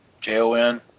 J-O-N